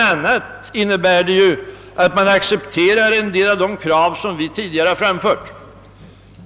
a. innebär det att man accepterar en del av de krav som vi tidigare har framfört.